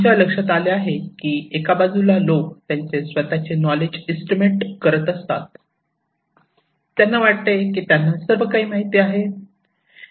आमच्या लक्षात आले आहे की एका बाजूला लोक त्यांचे स्वतःचे नॉलेज इस्टिमेट करत असतात त्यांना वाटते त्यांना सर्वकाही माहित आहे